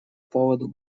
поводу